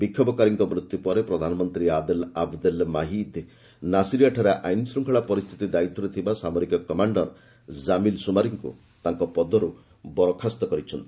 ବିକ୍ଷୋଭକାରୀମାନଙ୍କ ମୃତ୍ୟୁ ପରେ ପ୍ରଧାନମନ୍ତ୍ରୀ ଆଦେଲ୍ ଆବ୍ଦେଲ୍ ମାହ୍ଦି ନାସିରିୟାଠାରେ ଆଇନ ଶୂଙ୍ଖଳା ପରିସ୍ଥିତି ଦାୟିତ୍ୱରେ ଥିବା ସାମରିକ କମାଣ୍ଡର୍ କାମିଲ୍ ଶ୍ରମାରୀଙ୍କ ତାଙ୍କ ପଦର୍ ବରଖାସ୍ତ କରିଛନ୍ତି